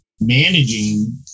managing